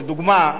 לדוגמה,